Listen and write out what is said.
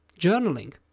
journaling